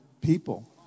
people